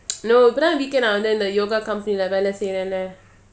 no அப்புறம்:apuram weekend ஆனாஉடனே:aana udane yoga company lah வேலசெய்றேனே:vela seirene